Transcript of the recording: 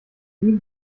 wie